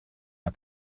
der